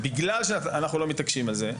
בגלל שאנחנו לא מתעקשים על זה,